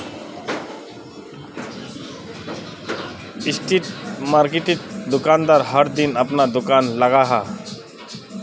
street मार्किटोत दुकानदार हर दिन अपना दूकान लगाहा